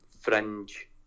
fringe